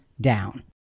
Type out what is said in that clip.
down